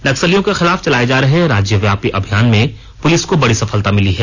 नक्सलियों के खिलाफ चलाए जा रहे है राज्यव्यापी अभियान में पुलिस को बड़ी सफलता मिलीं है